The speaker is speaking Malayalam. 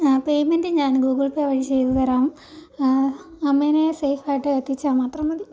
പേയ്മെൻറ്റ് ഞാൻ ഗൂഗിൾ പേ വഴി ചെയ്തു തരാം അമ്മേനെ സേഫായിട്ട് എത്തിച്ചാൽ മാത്രം മതി